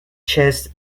chests